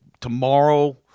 tomorrow